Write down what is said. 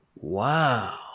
Wow